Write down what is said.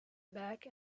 back